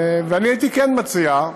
ואני הייתי כן מציע,